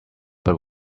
but